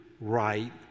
right